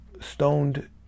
Stoned